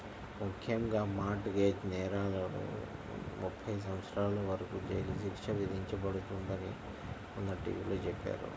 ముఖ్యంగా mortgage నేరాలకు ముప్పై సంవత్సరాల వరకు జైలు శిక్ష విధించబడుతుందని మొన్న టీ.వీ లో చెప్పారు